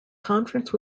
conference